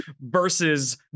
versus